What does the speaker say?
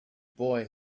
boy